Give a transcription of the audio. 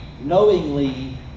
knowingly